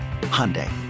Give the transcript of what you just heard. Hyundai